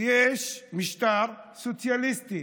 ויש משטר סוציאליסטי,